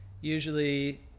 usually